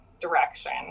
direction